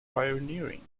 pioneering